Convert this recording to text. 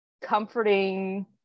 comforting